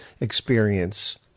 experience